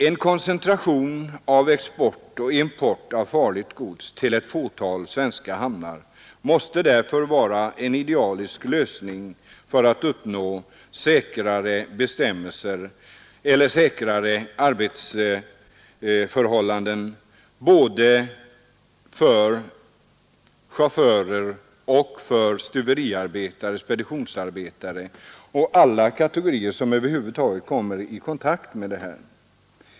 En koncentration av export och import av farligt gods till ett fåtal svenska hamnar måste därför vara en idealisk lösning för att uppnå säkrare bestämmelser och säkrare arbetsförhållanden både för chaufförer, stuveriarbetare och speditionsarbetare och för alla kategorier som över huvud taget kommer i kontakt med farligt gods.